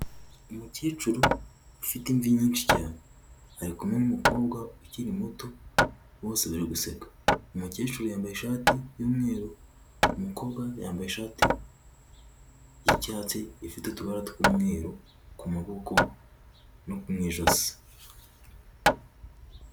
Umukecuru ufite imvi nyinshi cyane ari kumwe n'umukobwa ukiri muto bose bari guseka, umukecuru yambaye ishati y'umweru, umukobwa yambaye ishati y'icyatsi ifite utubara tw'umweru ku maboko no mu ijosi.